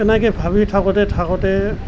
তেনেকৈ ভাবি থাকোঁতে থাকোঁতে